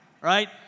right